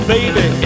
Baby